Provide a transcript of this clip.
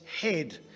head